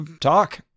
talk